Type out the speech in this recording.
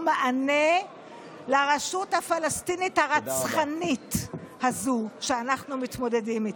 מענה לרשות הפלסטינית הרצחנית הזו שאנחנו מתמודדים איתה.